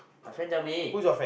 my friend tell me